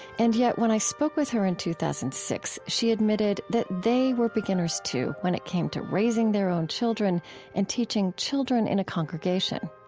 and yet, when i spoke with her in two thousand and six, she admitted that they were beginners too, when it came to raising their own children and teaching children in a congregation.